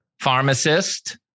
Pharmacist